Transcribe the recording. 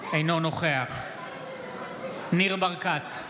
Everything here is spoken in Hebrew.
אינו נוכח ניר ברקת,